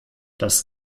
das